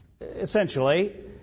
essentially